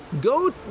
Go